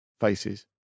faces